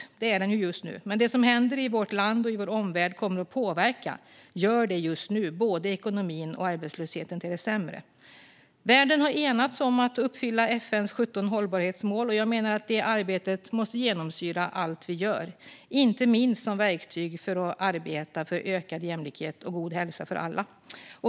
Det är den just nu. Men det som händer i vårt land och i vår omvärld påverkar just nu och kommer att påverka både ekonomin och arbetslösheten till det sämre. Världen har enats om att uppfylla FN:s 17 hållbarhetsmål. Jag menar att detta arbete måste genomsyra allt vi gör, inte minst som verktyg för att arbeta för ökad jämlikhet och god hälsa för alla.